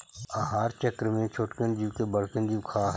आहार चक्र में छोटकन जीव के बड़कन जीव खा हई